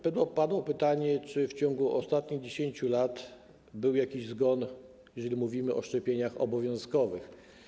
Padło także pytanie, czy w ciągu ostatnich 10 lat był jakiś zgon, jeżeli mówimy o szczepieniach obowiązkowych.